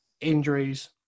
injuries